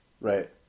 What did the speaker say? Right